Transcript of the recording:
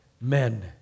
men